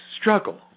struggle